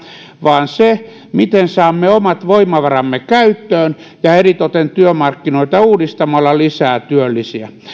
vaan se miten saamme omat voimavaramme käyttöön ja eritoten työmarkkinoita uudistamalla lisää työllisiä